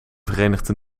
verenigde